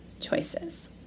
choices